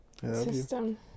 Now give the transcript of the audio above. system